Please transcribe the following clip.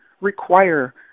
require